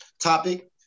topic